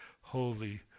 holy